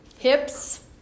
hips